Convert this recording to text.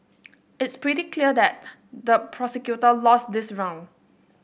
it's pretty clear that the prosecutor lost this round